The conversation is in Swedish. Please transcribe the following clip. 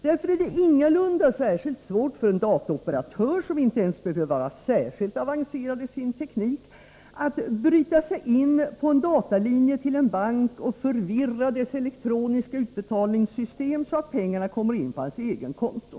Därför är det ingalunda särskilt svårt för en dataoperatör, som inte ens behöver vara särskilt avancerad i sin teknik, att bryta sig in på en datalinje till en bank och förvirra dess elektroniska utbetalningssystem, så att pengarna kommer in på hans eget konto.